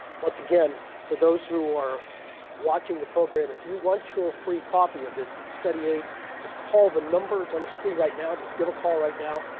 once again for those who are watching the program if you want your free copy of this study aid just call the number on your screen right now, just give a call right now,